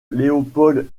léopold